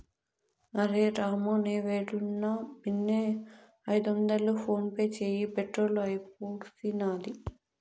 అరె రామూ, నీవేడున్నా బిన్నే ఐదొందలు ఫోన్పే చేయి, పెట్రోలు అయిపూడ్సినాది